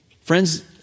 friends